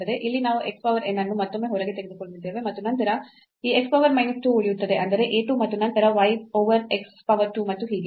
ಇಲ್ಲಿ ನಾವು x power n ಅನ್ನು ಮತ್ತೊಮ್ಮೆ ಹೊರಗೆ ತೆಗೆದುಕೊಂಡಿದ್ದೇವೆ ಮತ್ತು ನಂತರ ಈ x power minus 2 ಉಳಿಯುತ್ತದೆ ಅಂದರೆ a 2 ಮತ್ತು ನಂತರ y over x power 2 ಮತ್ತು ಹೀಗೆ